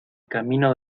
camino